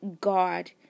God